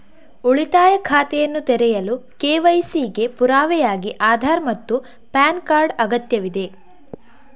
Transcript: ಉಳಿತಾಯ ಖಾತೆಯನ್ನು ತೆರೆಯಲು ಕೆ.ವೈ.ಸಿ ಗೆ ಪುರಾವೆಯಾಗಿ ಆಧಾರ್ ಮತ್ತು ಪ್ಯಾನ್ ಕಾರ್ಡ್ ಅಗತ್ಯವಿದೆ